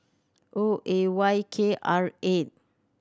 O A Y K R eight